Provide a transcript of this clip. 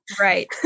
Right